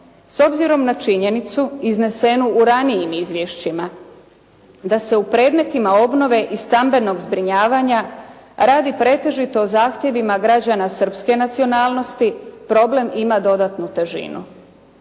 S obzirom na činjenicu iznesenu u ranijim izvješćima, da se u predmetima obnove i stambenog zbrinjavanja radi pretežito o zahtjevima građana srpske nacionalnosti, problem ima dodatnu težinu.